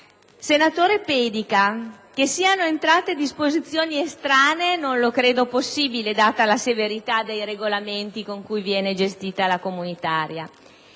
Senatore Pedica, che siano entrate disposizioni estranee non lo credo possibile, data la severità delle norme regolamentari con cui viene gestita la comunitaria;